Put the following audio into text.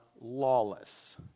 lawless